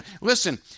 Listen